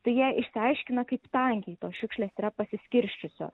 tai jie išsiaiškina kaip tankiai tos šiukšlės yra pasiskirsčiusios